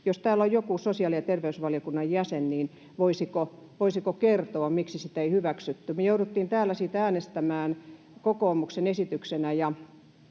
Jos täällä on joku sosiaali- ja terveysvaliokunnan jäsen, niin voisiko kertoa, miksi sitä ei hyväksytty? Me jouduttiin täällä siitä äänestämään kokoomuksen esityksenä,